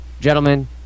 Gentlemen